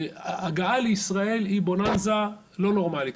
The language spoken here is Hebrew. הגעה לישראל היא בוננזה לא נורמלית.